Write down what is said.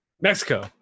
mexico